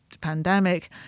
pandemic